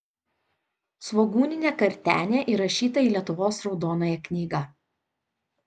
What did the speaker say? svogūninė kartenė įrašyta į lietuvos raudonąją knygą